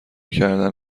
کردن